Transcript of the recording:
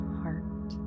heart